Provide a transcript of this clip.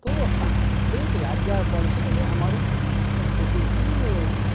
તો તો એક યાદગાર પળ છે કે જે અમારું એ સ્કૂટીથી